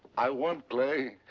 i won, clay.